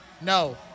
No